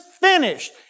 finished